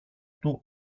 του